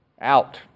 out